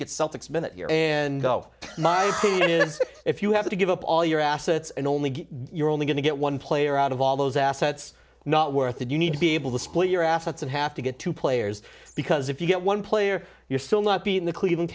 get celtics men that year and oh if you have to give up all your assets and only you're only going to get one player out of all those assets not worth it you need to be able to split your assets and have to get two players because if you get one player you're still not be in the cleveland